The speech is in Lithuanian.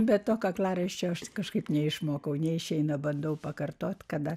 be to kaklaraiščio kažkaip neišmokau neišeina bandau pakartoti kada